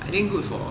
I think good for